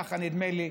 ככה נדמה לי,